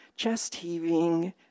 chest-heaving